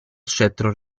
scettro